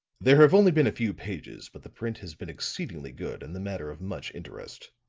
there have only been a few pages, but the print has been exceedingly good and the matter of much interest.